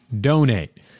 donate